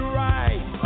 right